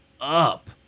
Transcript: up